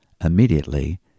immediately